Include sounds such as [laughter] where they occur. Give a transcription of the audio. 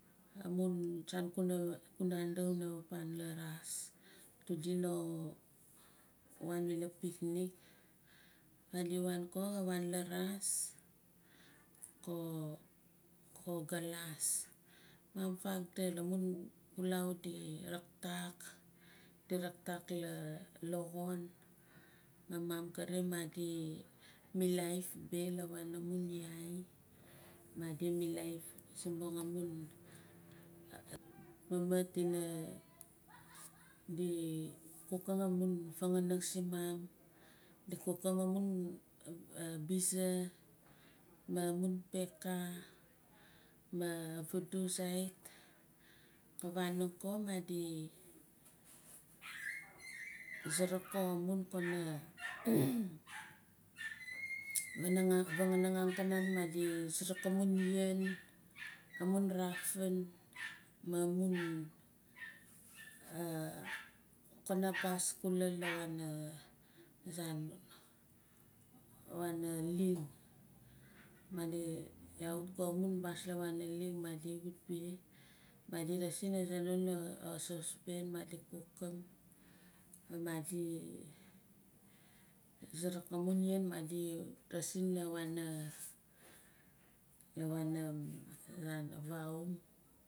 Amun saan kuna kunandi kuna waan la raas adu dina wan la picnic di wan ko di wan la raas go go kalas maam faakdulamun xulau raktaak. Di raktaak la xon ma maam kare madi milaif beh la wana mun iae madi milaif simbong amun mahmat di cookang amun vanganing simun di cookang amun bize ma amun peka ma fudu zait ka fanong ko ma di [noise] suruk ko amun [noise] fanganing angkanan madi suruk anum yen amun raafan amun kanabus kula la azan wan ling madi iayot ko la wana ling madi wut beh madi raasin azanon la sausepan madi cookang ma madi suruk amun yen madi raasin la wana la wana azan avaum.